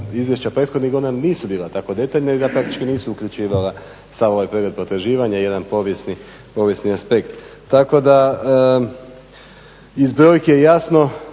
izvješća prethodnih godina nisu bila tako detaljna i praktički nisu uključivala sav ovaj pregled potraživanja i jedan povijesni aspekt. Tako da je iz brojke jasno